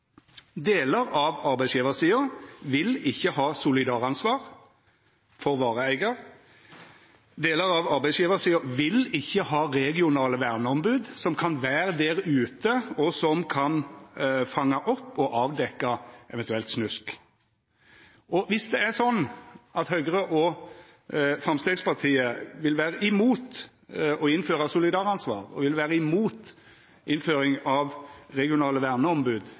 delar av arbeidsgjevarsida ikkje vil ha solidaransvar for vareeigar. Delar av arbeidsgjevarsida vil ikkje ha regionale verneombod som kan vera der ute og kan fanga opp og avdekkja eventuelt snusk. Dersom det er sånn at Høgre og Framstegspartiet vil vera imot å innføra solidaransvar og vil vera imot innføring av regionale